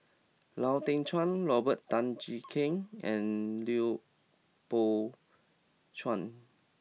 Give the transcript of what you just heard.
Lau Teng Chuan Robert Tan Jee Keng and Lui Pao Chuen